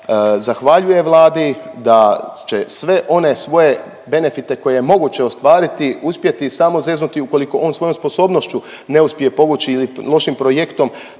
zahvaljuje Vladi, da će sve one svoje benefite koje je moguće ostvariti uspjeti samo zeznuti ukoliko on svojom sposobnošću ne uspije povući ili lošim projektom